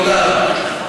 תודה רבה.